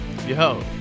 Yo